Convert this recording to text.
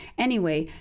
anyway,